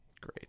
Great